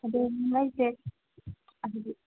ꯑꯗꯣ ꯃꯩꯁꯦ ꯍꯥꯏꯕꯗꯤ